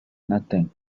nothing